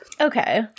Okay